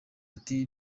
ati